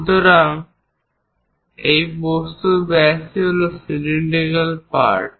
সুতরাং এই বস্তুর ব্যাসই হল সিলিন্ডিকাল পার্ট